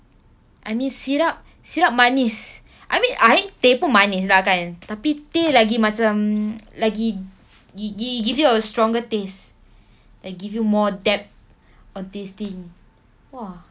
I mean syrup syrup manis I mean I teh pun manis lah kan tapi teh lagi macam lagi like it give you a stronger taste like give you more depth of tasting !wah!